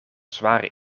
zware